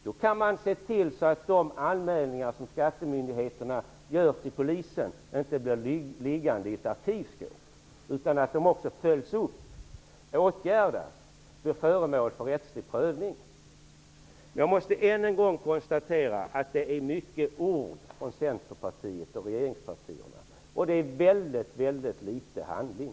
Då kan man se till att de anmälningar som skattemyndigheterna gör till polisen inte blir liggande i ett arkivskåp, utan att de följs upp, åtgärdas och blir föremål för rättslig prövning. Jag konstaterar än en gång att det är mycket ord från Centerpartiet och regeringspartierna och det handlar väldigt litet om handling.